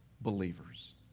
believers